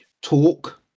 talk